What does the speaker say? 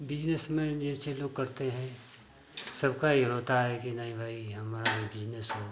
business में जैसे लोग करते हैं सबका यह होता है कि नहीं भाई हमारा तो बिज़नेस है